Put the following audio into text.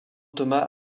thomas